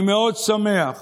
אני מאוד שמח